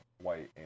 white